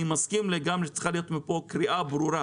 אני מסכים לגמרי שצריכה להיות מפה קריאה ברורה